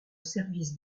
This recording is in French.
service